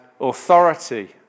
authority